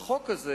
שבחוק הזה